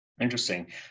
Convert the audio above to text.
Interesting